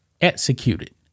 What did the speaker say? executed